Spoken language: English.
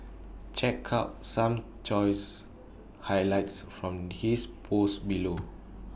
check out some choice highlights from his post below